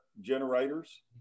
generators